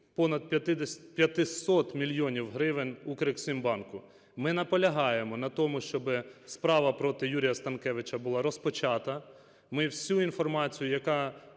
понад 500 мільйонів гривень "Укрексімбанку". Ми наполягаємо на тому, щоб справа проти Юрія Станкевича була розпочата, ми всю інформацію, яка